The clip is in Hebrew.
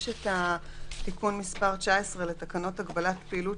הדבר השני זה תיקון מס' 19 לתקנת הגבלת פעילות,